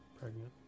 Pregnant